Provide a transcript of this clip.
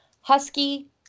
Husky